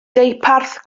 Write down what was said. deuparth